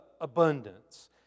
abundance